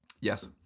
Yes